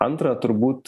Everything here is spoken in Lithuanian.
antra turbūt